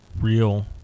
real